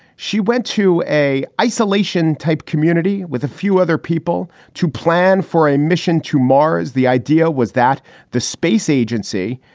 she went to a isolation type community with a few other people to plan for a mission to mars. the idea was that the space agency,